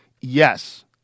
yes